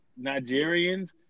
Nigerians